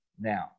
Now